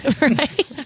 right